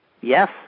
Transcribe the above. Yes